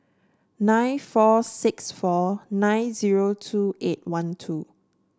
nine four six four nine zero two eight one two